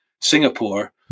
Singapore